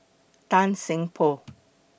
Tan Seng Poh